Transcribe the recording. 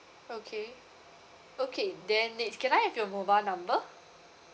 okay okay then next can I have your mobile number